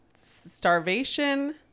starvation